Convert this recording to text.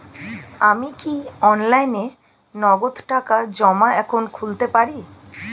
আমি কি অনলাইনে নগদ টাকা জমা এখন খুলতে পারি?